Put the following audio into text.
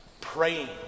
praying